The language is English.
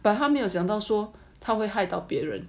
but 他没有想到说他会害到别人